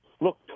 look